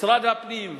משרד הפנים,